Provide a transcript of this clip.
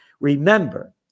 Remember